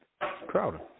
Crowder